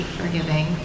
forgiving